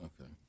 Okay